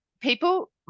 People